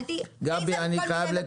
אני מסיימת,